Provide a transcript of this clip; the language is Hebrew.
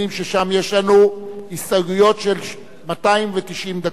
ששם יש לנו הסתייגויות של 290 דקות.